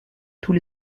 tous